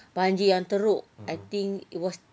banjir yang teruk I think it was